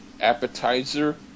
appetizer